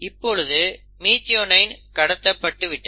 இப்பொழுகு methionine கடத்தப்பட்டுவிட்டது